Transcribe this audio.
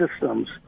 systems